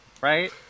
right